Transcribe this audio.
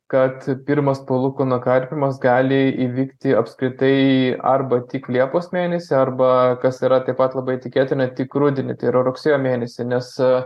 kad pirmas palūkanų karpymas gali įvykti apskritai arba tik liepos mėnesį arba kas yra taip pat labai tikėtina tik rudenį tai yra rugsėjo mėnesį nes